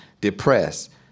depressed